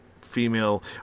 female